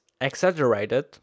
exaggerated